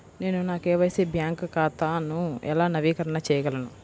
నేను నా KYC bank ఖాతాను ఎలా నవీకరణ చేయగలను?